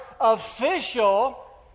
official